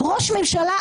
ראש הממשלה,